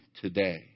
today